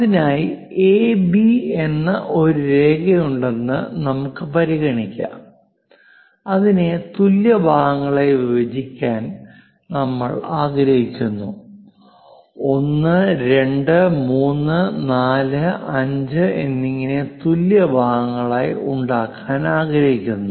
അതിനായി എബി എന്ന ഒരു രേഖയുണ്ടെന്ന് നമുക്ക് പരിഗണിക്കാം അതിനെ തുല്യ ഭാഗങ്ങളായി വിഭജിക്കാൻ നമ്മൾ ആഗ്രഹിക്കുന്നു 1 2 3 4 5 എന്നിങ്ങനെ തുല്യ ഭാഗങ്ങളായി ഉണ്ടാക്കാൻ ആഗ്രഹിക്കുന്നു